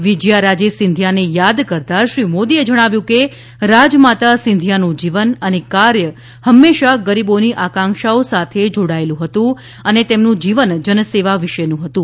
વિજયારાજે સિંધિયાને યાદ કરતા શ્રી મોદીએ જણાવ્યું હતુ કે રાજમાતા સિંધયાનું જીવન અને કાર્ય હંમેશા ગરીબોની આકંક્ષાઓ સાથે જોડાયેલુ હતુ અને તેમનું જીવન જનસેવા વિશેનું હતું